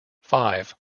five